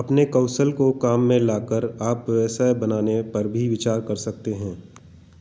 अपने कौशल को काम में लाकर आप व्यवसाय बनाने पर भी विचार कर सकते हैं